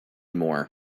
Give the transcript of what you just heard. more